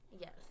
Yes